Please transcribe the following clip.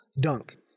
dunk